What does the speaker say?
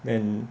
and